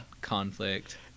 conflict